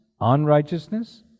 unrighteousness